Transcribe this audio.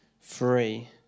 free